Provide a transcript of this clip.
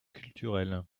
culturelle